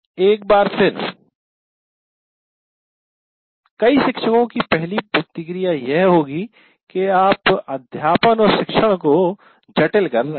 एक बार फिर कई शिक्षको की पहली प्रतिक्रिया यह होगी कि आप अध्यापन और शिक्षण को जटिल कर रहे हैं